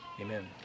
amen